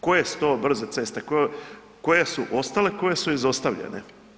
Koje su to brze ceste, koje su ostale, koje su izostavljene?